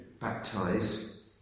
baptize